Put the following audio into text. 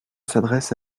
s’adresse